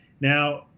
Now